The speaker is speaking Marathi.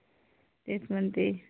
तेच म्हणते